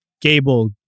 Gable